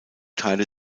teile